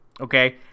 okay